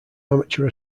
amateur